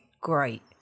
great